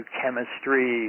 chemistry